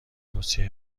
توصیه